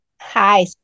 hi